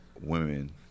women –